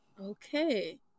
Okay